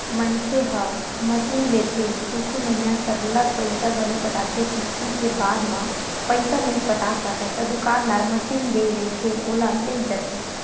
मनखे ह मसीनलेथे कुछु महिना सरलग पइसा घलो पटाथे किस्ती के बाद म पइसा नइ पटा सकय ता दुकानदार मसीन दे रहिथे ओला लेग जाथे